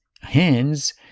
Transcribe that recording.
hands